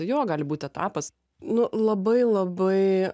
jo gali būt etapas nu labai labai